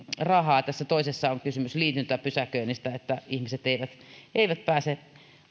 rahaa tässä toisessa on kysymys liityntäpysäköinnistä siitä että ihmiset eivät pääse